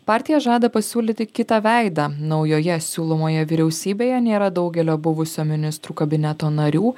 partija žada pasiūlyti kitą veidą naujoje siūlomoje vyriausybėje nėra daugelio buvusio ministrų kabineto narių